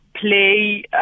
Play